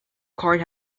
court